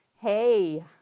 hey